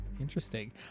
interesting